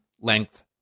length